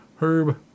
herb